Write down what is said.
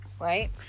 right